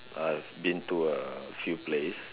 I've been to a few place